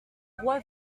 roi